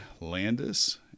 Landis